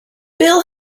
bill